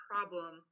problem